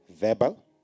verbal